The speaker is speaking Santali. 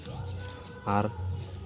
ᱟᱨ